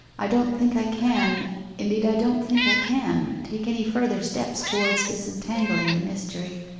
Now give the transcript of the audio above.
i don't think i can indeed i don't think i can take any further steps towards disentangling the mystery.